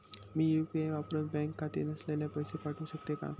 मी UPI वापरुन bank खाते नसलेल्यांना पैसे पाठवू शकते का?